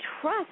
trust